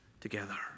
together